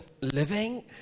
living